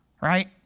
right